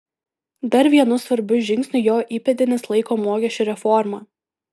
dar vienu svarbiu žingsniu jo įpėdinis laiko mokesčių reformą